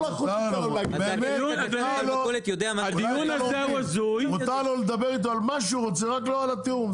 חוץ משלום --- מותר לו לדבר איתו על מה שהוא רוצה רק לא על התיאום.